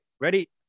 Ready